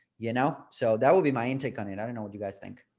you know, so that will be my intake on it. i don't know what you guys think.